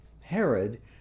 Herod